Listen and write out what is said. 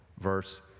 verse